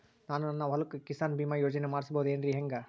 ನಾನು ನನ್ನ ಹೊಲಕ್ಕ ಕಿಸಾನ್ ಬೀಮಾ ಯೋಜನೆ ಮಾಡಸ ಬಹುದೇನರಿ ಹೆಂಗ?